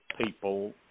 people